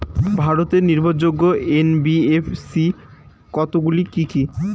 ভারতের নির্ভরযোগ্য এন.বি.এফ.সি কতগুলি কি কি?